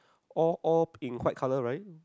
all all in white colour right